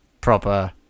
proper